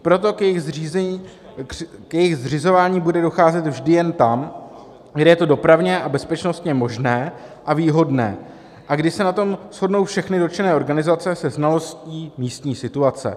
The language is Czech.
Proto k jejich zřizování bude docházet vždy jen tam, kde je to dopravně a bezpečnostně možné a výhodné a kde se na tom shodnou všechny dotčené organizace se znalostí místní situace.